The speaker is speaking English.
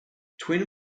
twin